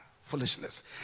foolishness